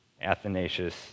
Athanasius